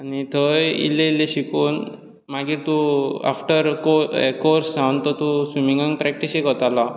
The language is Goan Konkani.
आनी थंय इल्लें इल्लें शिकून मागीर तूं आफ्टर को ए कोर्स जावन तो तूं स्विमींगाक प्रॅक्टीसेक वतालो हांव